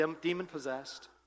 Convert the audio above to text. demon-possessed